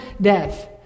death